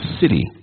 city